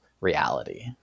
reality